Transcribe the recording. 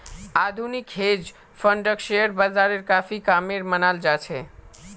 आधुनिक हेज फंडक शेयर बाजारेर काफी कामेर मनाल जा छे